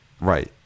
right